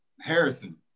Harrison